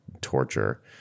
torture